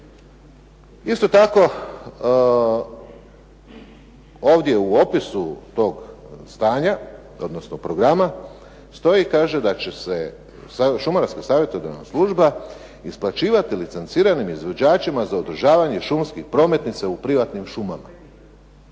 Isto tako ovdje u opisu tog stanja, odnosno programa stoji i kaže da će se šumarska savjetodavna služba isplaćivati licenciranim izvođačima za održavanje šumskih prometnica u privatnim šumama.